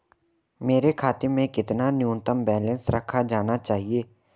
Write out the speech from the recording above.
मेरे खाते में कितना न्यूनतम बैलेंस रखा जाना चाहिए?